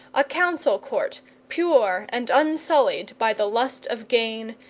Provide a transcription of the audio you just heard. a council-court pure and unsullied by the lust of gain,